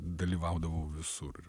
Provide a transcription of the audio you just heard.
dalyvaudavau visur